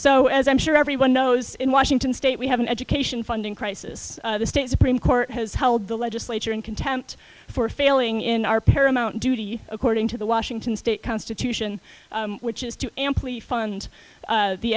so as i'm sure everyone knows in washington state we have an education funding crisis the state supreme court has held the legislature in contempt for failing in our paramount duty according to the washington state constitution which is to